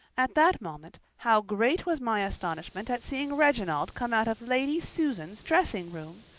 at that moment how great was my astonishment at seeing reginald come out of lady susan's dressing-room.